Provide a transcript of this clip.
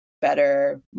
better